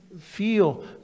feel